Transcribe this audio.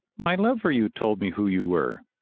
my love for you told me who you were.